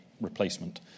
replacement